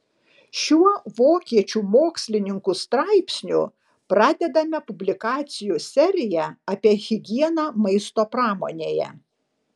šiuo vokiečių mokslininkų straipsniu pradedame publikacijų seriją apie higieną maisto pramonėje